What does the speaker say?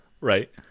Right